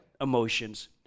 emotions